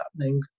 happening